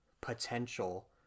potential